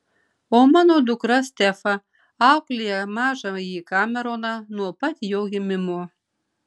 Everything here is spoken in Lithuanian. o mano dukra stefa auklėja mažąjį kameroną nuo pat jo gimimo